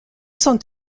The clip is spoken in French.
sont